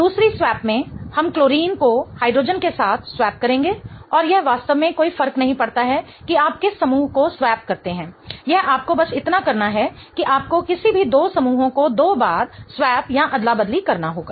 दूसरी स्वैप में हम क्लोरीन को हाइड्रोजन के साथ स्वैप करेंगे और यह वास्तव में कोई फर्क नहीं पड़ता है कि आप किस समूह को स्वैप करते हैं यह आपको बस इतना करना है कि आपको किसी भी दो समूहों को दो बार स्वैप करना होगा